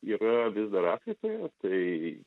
yra vis dar afrikoje tai